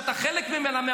שאתה חלק ממנה,